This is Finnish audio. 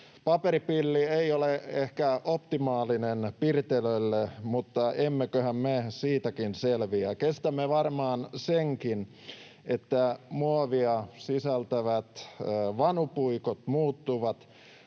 Paperipilli ei ole ehkä optimaalinen pirtelölle, mutta emmeköhän me siitäkin selviä. Kestämme varmaan senkin, että muovia sisältävät vanupuikot muuttuvat